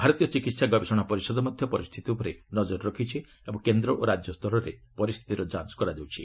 ଭାରତୀୟ ଚିକିତ୍ସା ଗବେଷଣା ପରିଷଦ ମଧ୍ୟ ପରିସ୍ଥିତି ଉପରେ ନଜର ରଖିଛି ଏବଂ କେନ୍ଦ୍ର ଓ ରାଜ୍ୟ ସ୍ତରରେ ପରିସ୍ଥିତିର ଯାଞ୍ଚ କରାଯାଉଛି